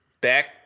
back